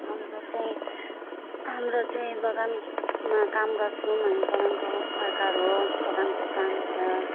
हाम्रो चाहिँ हाम्रो चाहिँ बगानमा काम गर्छौँ हामी बगानको वर्कर हो बगानको काम छ